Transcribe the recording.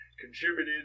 contributed